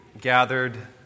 gathered